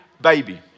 baby